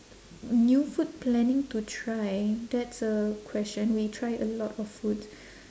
new food planning to try that's a question we try a lot of food